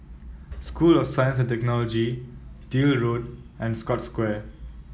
school of Science Technology Deal Road and Scotts Square